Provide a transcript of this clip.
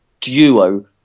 duo